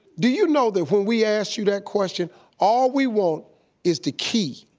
do you know that when we ask you that question all we want is the key.